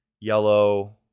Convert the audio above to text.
yellow